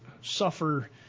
suffer